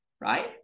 right